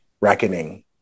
reckoning